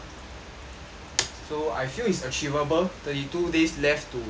so I feel is achievable thirty two days left to